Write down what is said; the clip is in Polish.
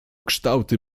kształty